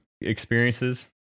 experiences